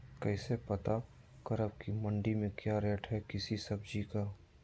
कैसे पता करब की मंडी में क्या रेट है किसी सब्जी का?